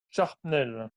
shrapnel